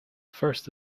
first